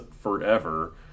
forever